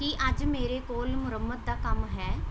ਕੀ ਅੱਜ ਮੇਰੇ ਕੋਲ ਮੁਰੰਮਤ ਦਾ ਕੰਮ ਹੈ